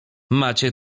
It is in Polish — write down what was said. macie